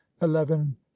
eleven